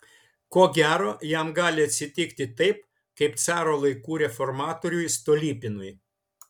ko gero jam gali atsitikti taip kaip caro laikų reformatoriui stolypinui